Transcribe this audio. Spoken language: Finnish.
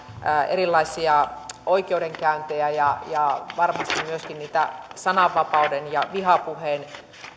erilaisia oikeudenkäyntejä ja varmasti myöskin niitä sananvapauteen liittyviä ja